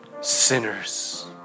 sinners